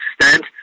extent